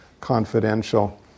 confidential